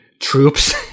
troops